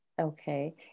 Okay